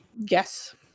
Yes